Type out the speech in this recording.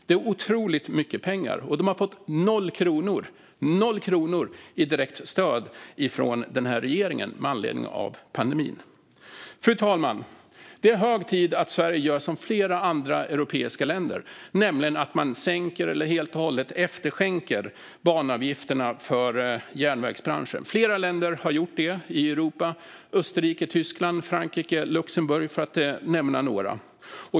Det är otroligt mycket pengar, och de har fått noll kronor i direkt stöd från regeringen med anledning av pandemin. Fru talman! Det är hög tid att Sverige gör som flera andra europeiska länder, nämligen sänker eller helt och hållet efterskänker banavgifterna för järnvägsbranschen. Flera länder har gjort detta i Europa: Österrike, Tyskland, Frankrike och Luxemburg, för att nämna några.